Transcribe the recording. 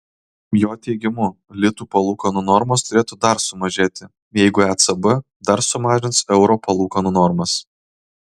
jo teigimu litų palūkanų normos turėtų dar sumažėti jeigu ecb dar sumažins euro palūkanų normas